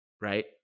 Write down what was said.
right